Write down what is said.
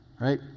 Right